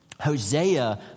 Hosea